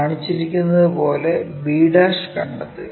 കാണിച്ചിരിക്കുന്നതുപോലെ b കണ്ടെത്തുക